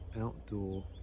outdoor